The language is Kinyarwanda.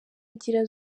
agira